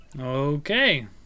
Okay